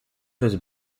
his